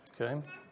Okay